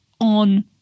on